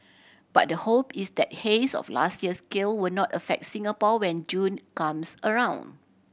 but the hope is that haze of last year's scale will not affect Singapore when June comes around